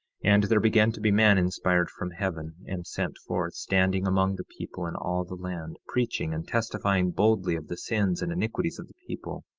and there began to be men inspired from heaven and sent forth, standing among the people in all the land, preaching and testifying boldly of the sins and iniquities of the people,